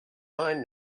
mine